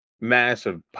massive